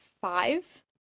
five